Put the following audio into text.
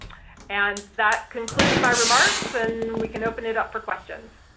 and that concludes my remarks, and we can open it up for questions.